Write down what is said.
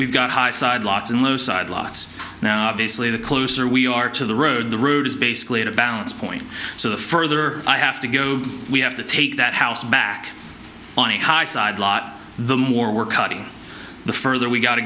we've got high side lots and lowside lots now obviously the closer we are to the road the route is basically a balance point so the further i have to go we have to take that house back on the high side lot the more we're cutting the further we got